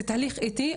זה תהליך איטי,